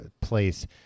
place